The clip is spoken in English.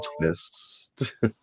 twist